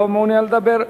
לא מעוניין לדבר.